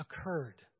occurred